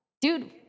Dude